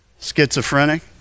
Schizophrenic